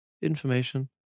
information